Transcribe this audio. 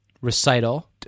Recital